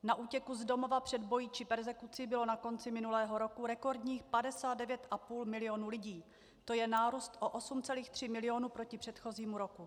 Na útěku z domova před boji či perzekucí bylo na konci minulého roku rekordních 59,5 milionu lidí, to je nárůst o 8,3 milionu proti předchozímu roku.